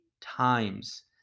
times